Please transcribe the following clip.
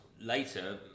later